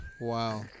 Wow